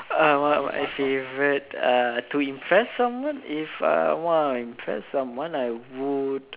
err as in uh to impress someone if I want impress someone I would